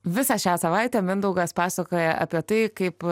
visą šią savaitę mindaugas pasakoja apie tai kaip